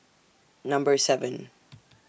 Number seven